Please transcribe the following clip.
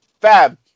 Fab